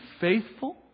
faithful